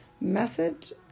message